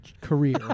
career